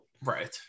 Right